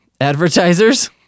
advertisers